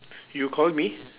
you call me